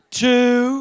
two